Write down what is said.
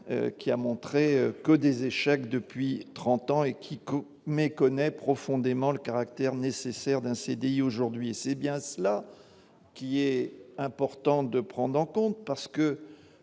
qui a montré que des échecs depuis 30 ans et qui comme méconnaît profondément le caractère nécessaire d'un CDI aujourd'hui et c'est bien cela qui est important de prendre en compte parce que